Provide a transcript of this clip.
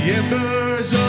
embers